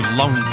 long